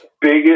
biggest